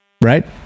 Right